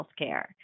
healthcare